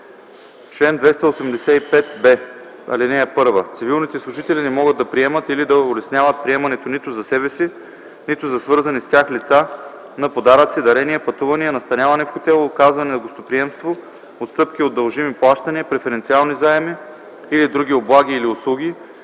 Чл. 285б. (1) Цивилните служители не могат да приемат или да улесняват приемането нито за себе си, нито за свързани с тях лица на подаръци, дарения, пътувания, настаняване в хотел, оказване на гостоприемство, отстъпки от дължими плащания, преференциални заеми или други облаги или услуги,